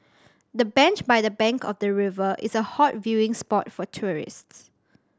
the bench by the bank of the river is a hot viewing spot for tourists